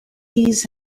these